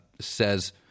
says